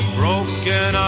broken